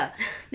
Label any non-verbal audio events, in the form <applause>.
<breath>